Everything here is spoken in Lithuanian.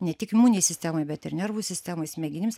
ne tik imuninei sistemai bet ir nervų sistemai smegenims